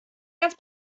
ganz